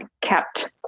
kept